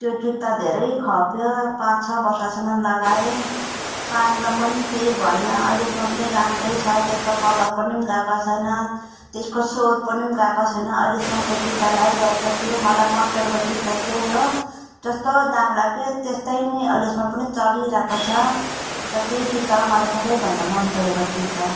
त्यो जुत्ता धेरै खप्यो पाँच छ वर्षसम्म लगाएँ पानीमा पनि केही भएन अहिलेसम्म पनि राम्रै छ त्यसको कलर पनि गएको छैन त्यसको सोल पनि गएको छैन अहिलेसम्म त्यो जुत्ता लगाइरहेको छु मलाई मन परेको जुत्ता त्यही हो जस्तो दाम लगाएँ त्यस्तै नै अहिलेसम्म पनि चलिरहेको छ र त्यही जुत्ता हो मलाई सबैभन्दा मन परेको जुत्ता